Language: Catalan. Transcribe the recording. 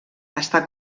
està